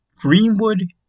Greenwood